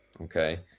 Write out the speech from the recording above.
okay